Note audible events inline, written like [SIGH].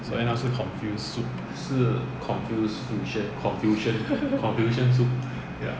so end up 是 confused soup [LAUGHS]